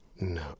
No